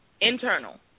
internal